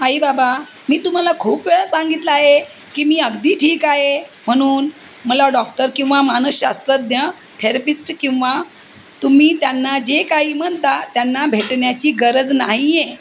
आई बाबा मी तुम्हाला खूप वेळा सांगितला आहे की मी अगदी ठीक आहे म्हणून मला डॉक्टर किंवा मानसशास्त्रज्ञ थेरपिस्ट किंवा तुम्ही त्यांना जे काही म्हणता त्यांना भेटण्याची गरज नाही आहे